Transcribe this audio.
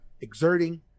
exerting